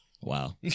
Wow